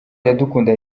iradukunda